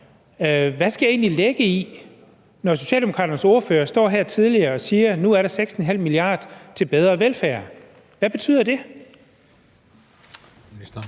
Hvad skal jeg egentlig lægge i det, når Socialdemokraternes ordfører tidligere stod her og sagde, at der nu er 6,5 mia. kr. til bedre velfærd? Hvad betyder det?